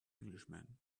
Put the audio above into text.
englishman